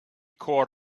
caught